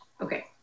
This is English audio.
Okay